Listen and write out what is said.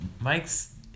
Mike's